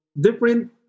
different